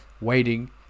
waiting